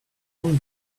long